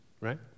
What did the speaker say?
right